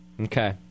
Okay